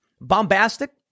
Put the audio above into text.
Bombastic